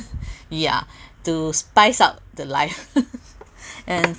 ya to spice up the life and